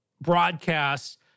broadcasts